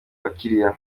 abakiliya